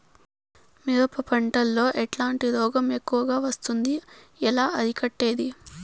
మిరప పంట లో ఎట్లాంటి రోగం ఎక్కువగా వస్తుంది? ఎలా అరికట్టేది?